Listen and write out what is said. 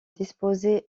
disposées